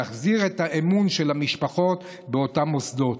להחזיר את האמון של המשפחות באותם מוסדות.